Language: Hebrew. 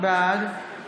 בעד דסטה